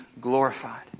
glorified